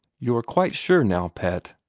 you are quite sure, now, pet,